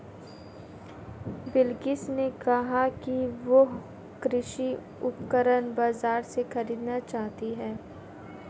बिलकिश ने कहा कि वह कृषि उपकरण बाजार से खरीदना चाहती है